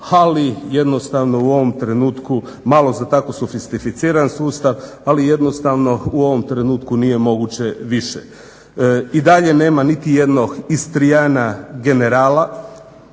ali jednostavno u ovom trenutku malo za takvu sofisticiran sustav ali jednostavno u ovom trenutku nije moguće više. I dalje nema niti jednog Istrijana generala.